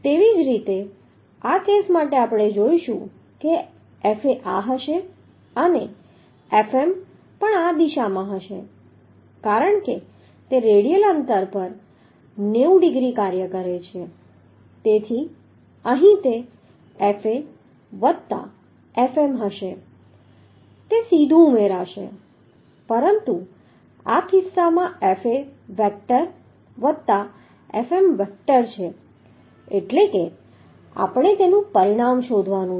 તેવી જ રીતે આ કેસ માટે જોઈશું કે Fa આ હશે અને Fm પણ આ દિશામાં હશે કારણ કે તે રેડિયલ અંતર પર 90 ડિગ્રી કાર્ય કરે છે તેથી અહીં તે Fa વત્તા Fm હશે તે સીધું ઉમેરાશે પરંતુ આ કિસ્સામાં તે Fa વેક્ટર વત્તા Fm વેક્ટર એટલે કે આપણે તેનું પરિણામ શોધવાનું છે